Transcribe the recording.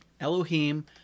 Elohim